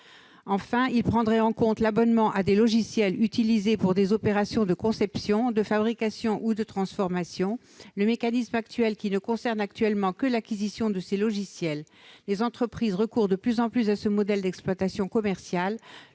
Enfin, il prendrait en compte l'abonnement à des logiciels utilisés pour des opérations de conception, de fabrication ou de transformation, le mécanisme actuel ne concernant que l'acquisition de ces logiciels. Les entreprises recourent de plus en plus à ce modèle d'exploitation commerciale,